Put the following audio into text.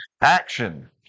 action